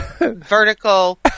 vertical